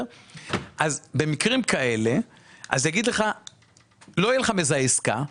במקרים כאלה לא יהיה לך מזהה עסקה.